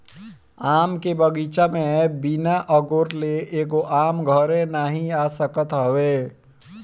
आम के बगीचा में बिना अगोरले एगो आम घरे नाइ आ सकत हवे